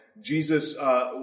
Jesus